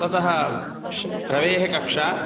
ततः रवेः कक्षा